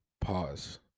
Pause